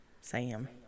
Sam